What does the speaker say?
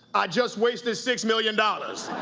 i just wasted six million dollars.